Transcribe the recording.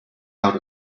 out